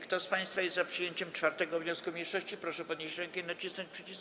Kto z państwa jest za przyjęciem 4. wniosku mniejszości, proszę podnieść rękę i nacisnąć przycisk.